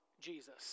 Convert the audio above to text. Jesus